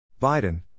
Biden